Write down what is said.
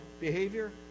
behavior